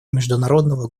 международного